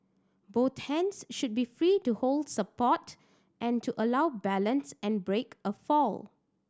both hands should be free to hold support and to allow balance and break a fall